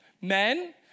Men